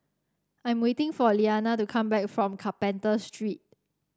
I'm waiting for Lilianna to come back from Carpenter Street